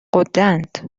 غدهاند